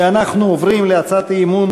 אנחנו עוברים להצעת אי-אמון